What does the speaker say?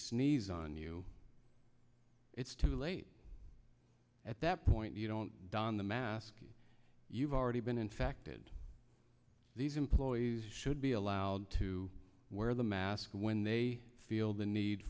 sneeze on you it's too late at that point you don't don the mask you've already been infected these employees should be allowed to wear the mask when they feel the need